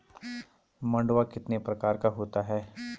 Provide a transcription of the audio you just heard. मंडुआ कितने प्रकार का होता है?